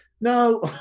no